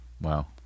Wow